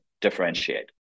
differentiate